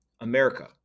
America